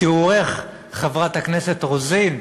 מתיאורך, חברת הכנסת רוזין,